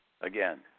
again